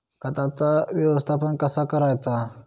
खताचा व्यवस्थापन कसा करायचा?